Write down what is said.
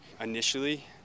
initially